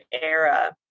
era